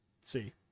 see